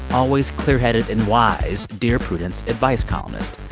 always clearheaded and wise dear prudence advice columnist.